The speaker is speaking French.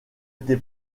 été